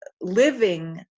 living